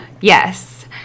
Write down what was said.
Yes